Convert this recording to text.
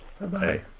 Bye-bye